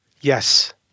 Yes